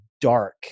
dark